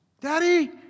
daddy